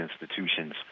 institutions